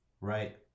right